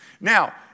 Now